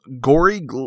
gory